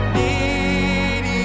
need